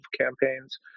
campaigns